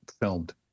filmed